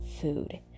food